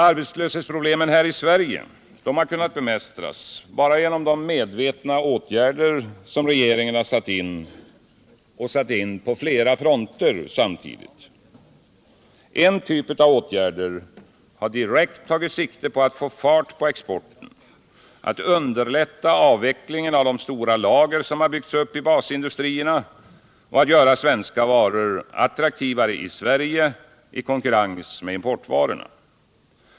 Arbetslöshetsproblemen i Sverige har kunnat bemästras bara genom de medvetna åtgärder som regeringen satt in på flera fronter samtidigt. En typ av åtgärder har direkt tagit sikte på att få fart på exporten, underlätta avvecklingen av de stora lager som har byggts upp i basindustrierna och att göra svenska varor attraktivare i Sverige i konkurrens med importen.